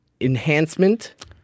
enhancement